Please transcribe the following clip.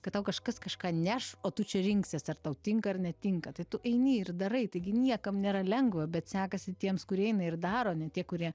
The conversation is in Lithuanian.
kad tau kažkas kažką neš o tu čia rinksies ar tau tinka ar netinka tai tu eini ir darai taigi niekam nėra lengva bet sekasi tiems kurie eina ir daro ne tie kurie